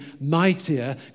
mightier